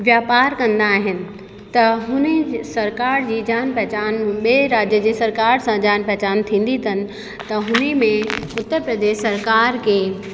व्यापार कंदा आहिनि त हुन सरकार जी जान पहचान ॿिए राज्य जी सरकार सां जान पहचान थींदी अथनि त हुन में उत्तर प्रदेश सरकार खे